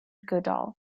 goodall